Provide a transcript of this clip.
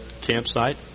campsite